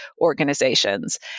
organizations